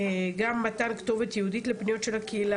גם מתן כתובת ייעודית לפניות של הקהילה,